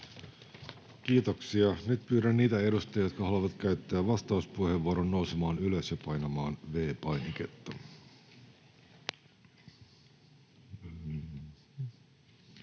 Kiitoksia. — Nyt pyydän niitä edustajia, jotka haluavat käyttää vastauspuheenvuoron, nousemaan ylös ja painamaan V-painiketta.